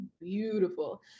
beautiful